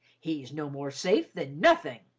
he's no more safe than nothing!